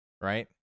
right